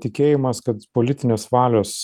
tikėjimas kad politinės valios